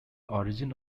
origin